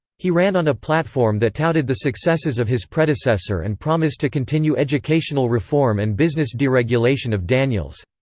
he ran on a platform that touted the successes of his predecessor and promised to continue educational reform and business deregulation of daniels.